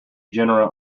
genera